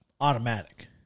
automatic